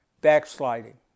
backsliding